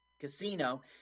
casino